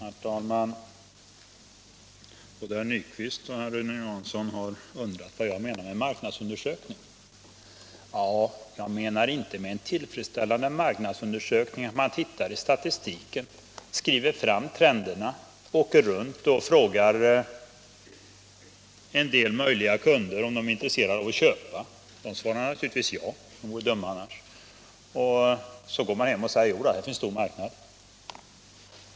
Herr talman! Både herr Nyquist och herr Johansson i Ljungby har undrat vad jag menar med marknadsundersökning. Ja, med en tillfredsställande marknadsundersökning menar jag inte att man tittar i statistiken, skriver fram trenderna, åker runt och frågar en del möjliga kunder om de är intresserade av att köpa — de svarar naturligtvis ja, för de vore dumma annars — och sedan går hem och säger: Jo då, det finns en stor marknad.